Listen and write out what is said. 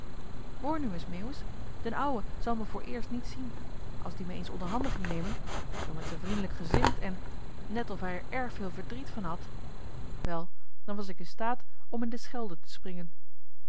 hoor nu eens meeuwis d'n ouwe zal me vooreerst niet zien als die me eens onder handen ging nemen zoo met z'n vriendelijk gezicht en net of hij er erg veel verdriet van had wel dan was ik in staat om in de schelde te springen